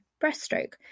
breaststroke